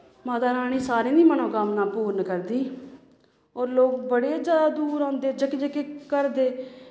माता रानी सारें दी मनोकामनां पूर्ण करदी होर लोग बड़े ज्यादा दूर औंदे जेह्के जेह्के घर दे